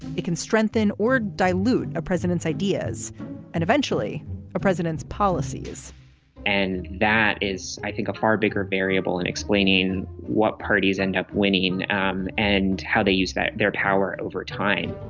it can strengthen or dilute a president's ideas and eventually a president's policies and that is, i think, a far bigger variable in explaining what parties end up winning um and how they use their power over time.